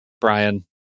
Brian